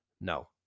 no